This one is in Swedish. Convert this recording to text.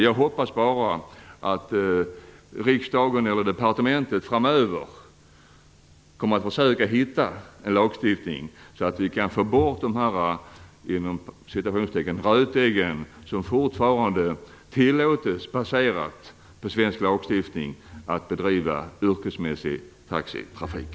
Jag hoppas bara att riksdagen eller departementet framöver kommer att försöka hitta en lagstiftning som gör att vi kan få bort de här "rötäggen", som fortfarande tillåts - baserat på svensk lagstiftning - bedriva yrkesmässig taxitrafik.